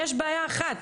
יש בעיה אחת,